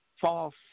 false